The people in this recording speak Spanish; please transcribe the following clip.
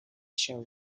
show